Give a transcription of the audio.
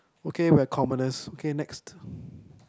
okay we're communals okay next